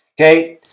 okay